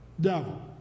devil